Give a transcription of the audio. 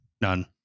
None